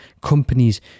companies